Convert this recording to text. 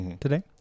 today